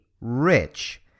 Rich